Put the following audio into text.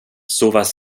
sowas